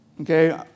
Okay